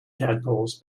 tadpoles